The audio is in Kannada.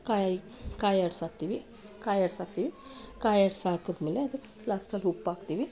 ಕಾಯಿ ಕಾಯಿ ಆಡ್ಸಾಕ್ತೀವಿ ಕಾಯಿ ಆಡ್ಸಾಕ್ತೀವಿ ಕಾಯಿ ಆಡ್ಸಾಕಿದ್ಮೇಲೆ ಅದಕ್ಕೆ ಲಾಸ್ಟಲ್ಲಿ ಉಪ್ಪಾಕ್ತೀನಿ